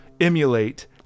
emulate